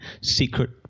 secret